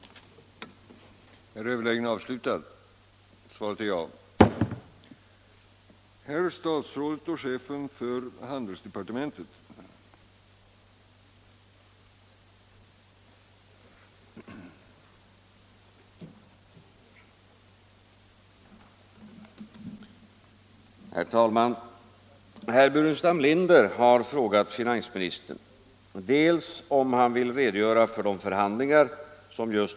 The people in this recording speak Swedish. lansproblemen på grund av de höjda oljepriserna